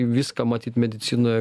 į viską matyt medicinoje